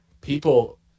people